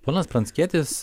ponas pranckietis